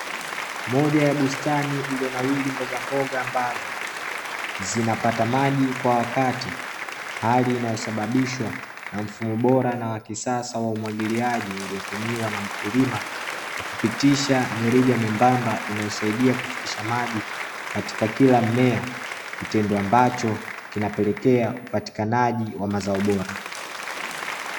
Moja ya bustani iliyonawili mbogamboga, ambazo zinapata maji kwa wakati, hali inayosababishwa na mfumo bora na wa kisasa wa umwagiliaji uliotumiwa na mkulima, kwa kupitisha mirija mwembamba, inyosaidia kufikisha maji katika kila mmea, kitendo ambacho kinapelekea upatikanaji wa mazao bora.